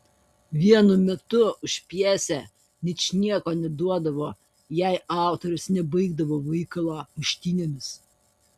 vienu metu už pjesę ničnieko neduodavo jei autorius nebaigdavo veikalo muštynėmis